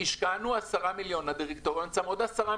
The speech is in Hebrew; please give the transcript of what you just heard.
השקענו עשרה מיליון הדירקטוריון שם עוד עשרה